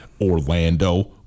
Orlando